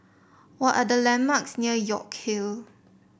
what are the landmarks near York Hill